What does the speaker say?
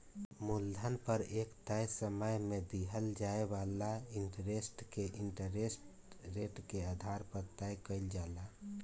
मूलधन पर एक तय समय में दिहल जाए वाला इंटरेस्ट के इंटरेस्ट रेट के आधार पर तय कईल जाला